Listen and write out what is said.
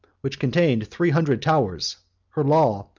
which contained three hundred towers her law,